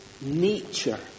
nature